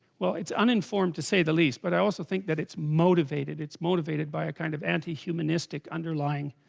well it's uninformed to say the least but. i also think that it's motivated it's motivated by a kind of anti humanistic underlying